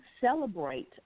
celebrate